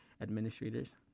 administrators